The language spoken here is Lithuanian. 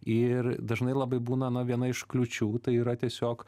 ir dažnai labai būna nuo viena iš kliūčių tai yra tiesiog